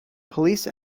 police